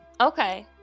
okay